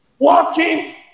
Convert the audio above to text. Walking